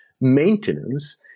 maintenance